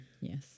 Yes